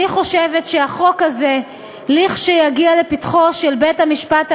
אני חושבת שכשהחוק הזה יגיע לפתחו של בית-המשפט העליון,